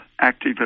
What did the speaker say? active